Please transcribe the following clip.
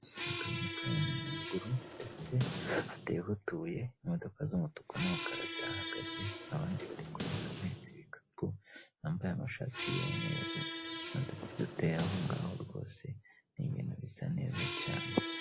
Akayira k'abanyamaguru ndetse hateyeho utubuye, imodoka z'umutuku n'umukara zihagaze, abandi bari kurenga bahetse ibikapu, bambaye amashati y'umweru n'uduti duteye aho ngaho rwose, ni ibintu bisa neza cyane.